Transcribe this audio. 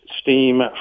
steam